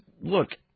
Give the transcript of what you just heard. look